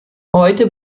heute